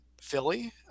Philly